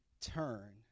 turn